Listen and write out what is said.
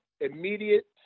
immediate